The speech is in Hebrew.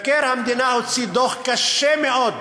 מבקר המדינה הוציא דוח קשה מאוד